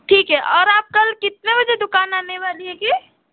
ठीक है और आप कल कितने बजे दुकान आने वाली है